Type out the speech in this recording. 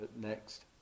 next